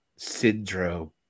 Syndrome